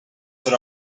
put